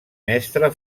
mestre